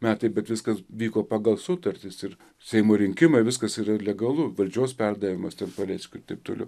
metai bet viskas vyko pagal sutartis ir seimo rinkimai viskas yra legalu valdžios perdavimas ten paleckiui ir taip toliau